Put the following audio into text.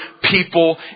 people